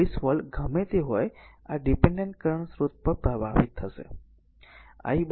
તેથી ત્યાં 22 વોલ્ટ ગમે તે હોય આ ડીપેનડેન્ટ કરંટ સ્રોત પર પ્રભાવિત થશે